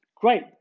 Great